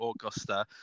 Augusta